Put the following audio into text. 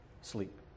sleep